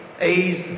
A's